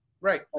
Right